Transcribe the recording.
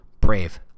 brave